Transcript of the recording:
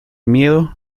miedo